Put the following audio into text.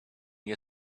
you